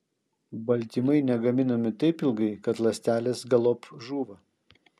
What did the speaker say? baltymai negaminami taip ilgai kad ląstelės galop žūva